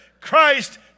Christ